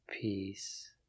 Peace